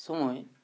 ᱥᱚᱢᱚᱭ